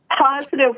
positive